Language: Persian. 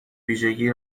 ویژگی